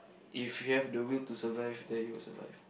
if you have the will to survive then you will survive